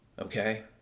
okay